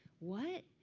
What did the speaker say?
what?